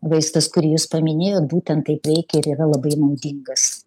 vaistas kurį jūs paminėjot būtent taip veikia ir yra labai naudingas